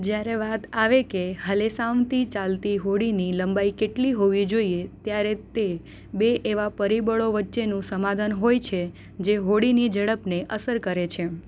જ્યારે વાત આવે કે હલેસાંઓથી ચાલતી હોડીની લંબાઈ કેટલી હોવી જોઇએ ત્યારે તે બે એવાં પરિબળો વચ્ચેનું સમાધાન હોય છે જે હોડીની ઝડપને અસર કરે છે